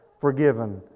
forgiven